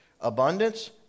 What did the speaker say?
abundance